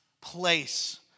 place